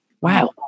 Wow